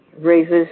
raises